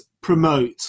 promote